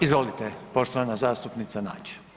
Izvolite, poštovana zastupnica Nađ.